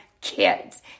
kids